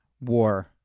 war